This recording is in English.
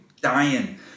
dying